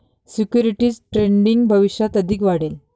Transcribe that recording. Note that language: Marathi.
सिक्युरिटीज ट्रेडिंग भविष्यात अधिक वाढेल